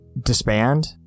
disband